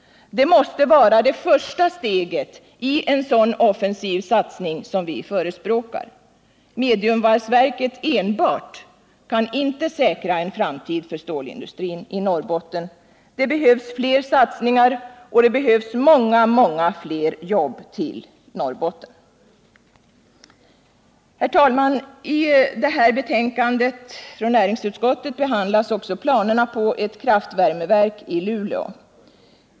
Det måste vara det första steget i en sådan offensiv satsning som vi förespråkar. Mediumvalsverket enbart kan inte säkra en framtid för stålindustrin i Norrbotten. Det behövs fler satsningar och det behövs många, många fler jobb till Norrbotten. Herr talman! I näringsutskottets betänkande behandlas också planerna på ett kraftvärmeverk i Luleå.